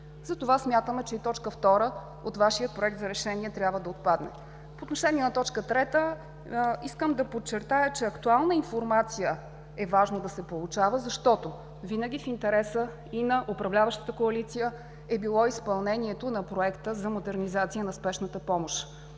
Затова смятаме, че и точка втора от Вашия Проект за решение трябва да отпадне. По отношение на точка трета искам да подчертая, че актуална информация е важно да се получава, защото винаги в интереса и на управляващата коалиция е било изпълнението на Проекта за модернизация на спешната помощ.